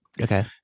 okay